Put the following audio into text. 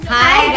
hi